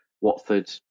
Watford